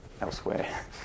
elsewhere